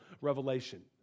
revelation